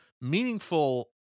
meaningful